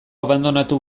abandonatu